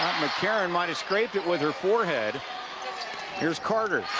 mccarron might have scraped it with her forehead here's carter.